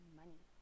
money